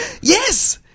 Yes